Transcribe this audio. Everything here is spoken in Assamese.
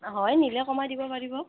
হয় নিলে কমাই দিব পাৰিব